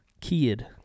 kid